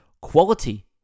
Quality